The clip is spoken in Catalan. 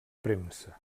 premsa